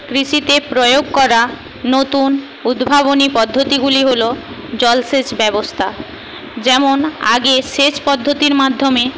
কৃষিতে প্রয়োগ করা নতুন উদ্ভাবনী পদ্ধতিগুলি হল জলসেচ ব্যবস্থা যেমন আগে সেচ পদ্ধতির মাধ্যমে